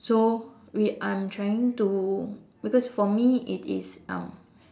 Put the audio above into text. so we I'm trying to because for me it is um